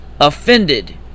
offended